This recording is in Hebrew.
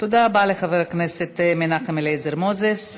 תודה רבה לחבר הכנסת מנחם אליעזר מוזס.